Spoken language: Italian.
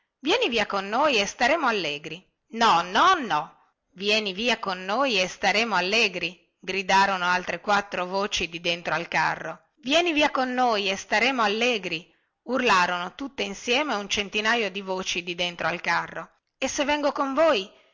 vieni via con noi e staremo allegri no no no vieni via con noi e staremo allegri gridarono altre quattro voci di dentro al carro vieni via con noi e staremo allegri urlarono tutte insieme un centinaio di voci di dentro al carro e se vengo con voi